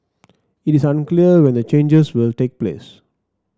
it is unclear when the changes will take place